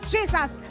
Jesus